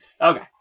Okay